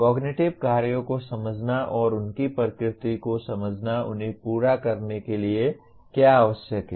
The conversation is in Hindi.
कॉगनिटिव कार्यों को समझना और उनकी प्रकृति को समझना उन्हें पूरा करने के लिए क्या आवश्यक है